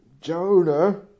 Jonah